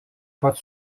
pat